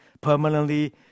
Permanently